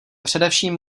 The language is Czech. především